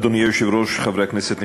אדוני היושב-ראש, חברי הכנסת הנכבדים,